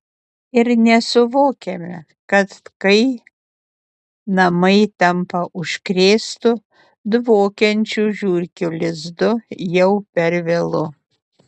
ir nesuvokiame kad kai namai tampa užkrėstu dvokiančiu žiurkių lizdu jau per vėlu